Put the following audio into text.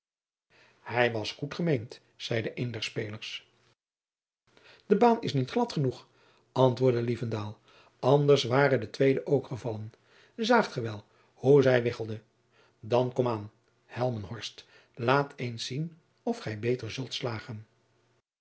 hij was goed gemeend zeide een der spelers de baan is niet glad genoeg antwoordde lievendaal anders ware de tweede ook gevallen zaagt ge wel hoe zij wiggelde dan kom aan helmenhorst laat eens zien of gij beter zult slagen